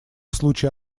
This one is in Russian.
случае